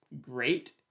great